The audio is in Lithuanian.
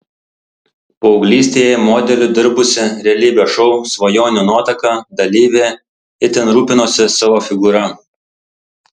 paauglystėje modeliu dirbusi realybės šou svajonių nuotaka dalyvė itin rūpinosi savo figūra